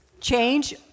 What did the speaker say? Change